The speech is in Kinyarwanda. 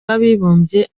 w’abibumbye